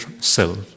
self